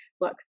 look